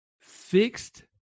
fixed